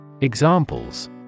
Examples